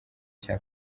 cya